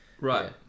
Right